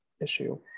issue